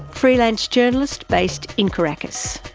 freelance journalist based in caracas.